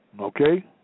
Okay